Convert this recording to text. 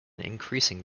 increasing